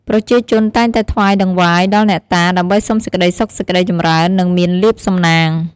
ប្រជាជនតែងតែថ្វាយតង្វាយ ដល់អ្នកតា ដើម្បីសុំសេចក្តីសុខសេចក្តីចម្រើន និងមានលាភសំណាង។